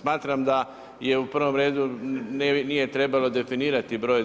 Smatram da je u prvom redu nije trebalo definirati broj